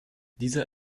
dieser